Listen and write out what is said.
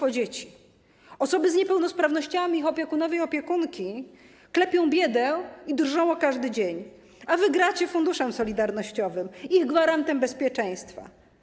Osoby z niepełnosprawnościami, ich opiekunowie i opiekunki klepią biedę i drżą o każdy dzień, a wy gracie Funduszem Solidarnościowym, ich gwarantem bezpieczeństwa.